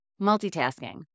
multitasking